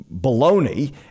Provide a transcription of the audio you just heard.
baloney